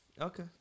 Okay